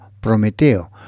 Prometeo